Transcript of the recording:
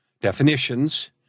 definitions